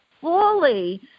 fully